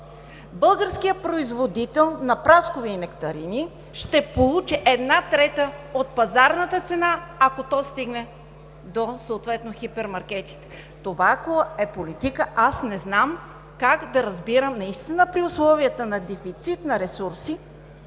Българският производител на праскови и нектарини ще получи една трета от пазарната цена, ако те стигнат съответно до хипермаркетите. Това, ако е политика, аз не знам как да разбирам – при условията на дефицит на ресурси,